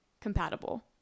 compatible